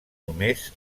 només